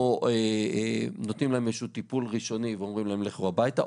או נותנים להם טיפול ראשוני ואומרים להם: לכו הביתה,